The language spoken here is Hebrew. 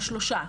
או שלושה,